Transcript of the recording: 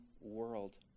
world